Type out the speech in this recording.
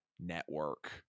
network